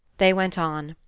they went on,